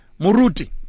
Muruti